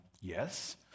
yes